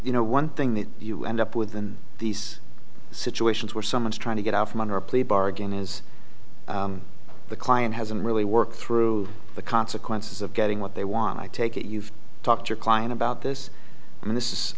you know one thing that you end up with in these situations where someone's trying to get out from under a plea bargain is the client hasn't really worked through the consequences of getting what they want i take it you've talked your client about this i mean this is